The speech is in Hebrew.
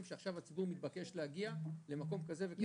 שעכשיו הציבור מתבקש להגיע למקום כזה וכזה.